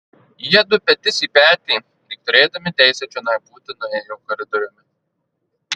jiedu petys į petį lyg turėdami teisę čionai būti nuėjo koridoriumi